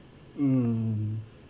mm